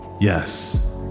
Yes